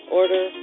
order